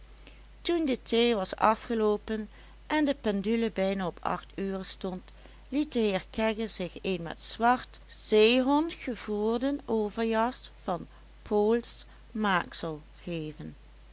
toen de thee was afgeloopen en de pendule bijna op acht uren stond liet de heer kegge zich een met zwart zeehond gevoerden overjas van poolsch maaksel geven